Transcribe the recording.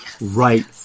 right